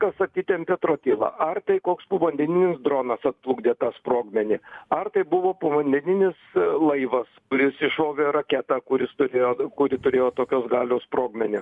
kas atitempė trotilą ar tai koks povandeninis dronas atplukdė tą sprogmenį ar tai buvo povandeninis laivas kuris iššovė raketą kuris turėjo kuri turėjo tokios galios sprogmenį